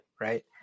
right